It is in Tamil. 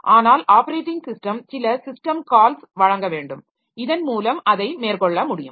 ஆனால் ஆப்பரேட்டிங் ஸிஸ்டம் சில சிஸ்டம் கால்ஸ் வழங்க வேண்டும் இதன் மூலம் அதை மேற்கொள்ள முடியும்